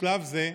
בשלב זה,